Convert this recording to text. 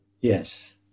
Yes